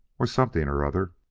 or something or other.